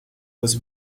was